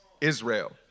Israel